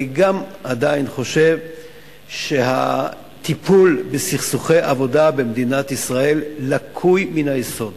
אני גם עדיין חושב שהטיפול בסכסוכי עבודה במדינת ישראל לקוי מן היסוד.